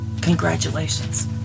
congratulations